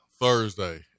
Thursday